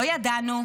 לא ידענו,